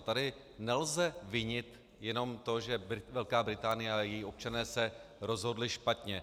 Tady nelze vinit jenom to, že Velká Británie a její občané se rozhodli špatně.